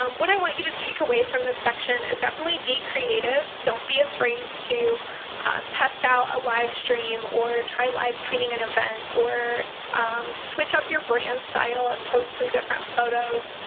um what i want you to take away from this section is definitely be creative, don't be afraid to test out a live stream or try live tweeting an event or switch up your brand style and post some different photos.